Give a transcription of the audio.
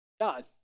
God